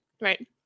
right